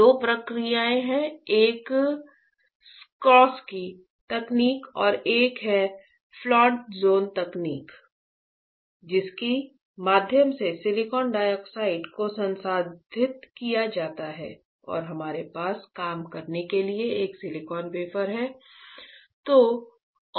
दो प्रक्रियाएं हैं एक है स्ज़क्रॉसकी तकनीक और एक है फ्लोट ज़ोन तकनीक जिसके माध्यम से सिलिकॉन डाइऑक्साइड को संसाधित किया जाता है और हमारे पास काम करने के लिए एक सिलिकॉन वेफर है